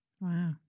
Wow